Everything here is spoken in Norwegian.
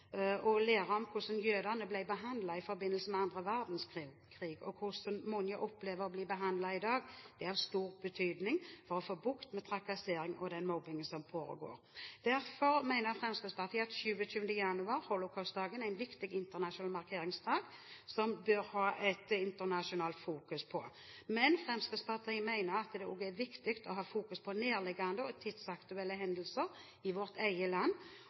og lære om hvordan jødene ble behandlet i forbindelse med annen verdenskrig og hvordan mange opplever å bli behandlet i dag, er av stor betydning for å få bukt med den trakasseringen og mobbingen som foregår. Derfor mener Fremskrittspartiet at 27. januar, holocaustdagen, er en viktig internasjonal markeringsdag som bør ha et internasjonalt fokus. Men Fremskrittspartiet mener at det også er viktig å ha fokus på nærliggende og tidsaktuelle hendelser i vårt eget land